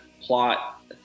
plot